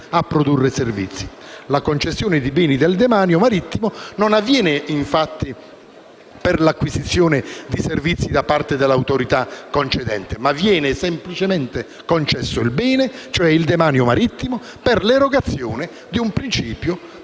La concessione di beni del demanio marittimo non avviene, infatti, per l'acquisizione di servizi da parte dell'autorità concedente, ma viene semplicemente concesso il bene, cioè il demanio marittimo, per l'erogazione di un servizio privato,